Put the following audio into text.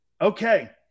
okay